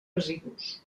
residus